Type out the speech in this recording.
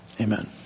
Amen